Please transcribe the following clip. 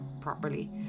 properly